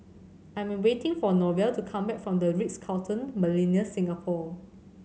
I'm waiting for Norval to come back from The Ritz Carlton Millenia Singapore